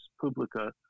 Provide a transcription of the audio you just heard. publica